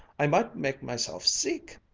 i might make myself seeck!